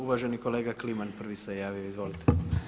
Uvaženi kolega Kliman prvi se javio izvolite.